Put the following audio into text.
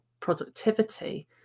productivity